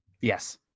Yes